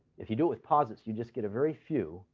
if you do it with posits, you just get a very few.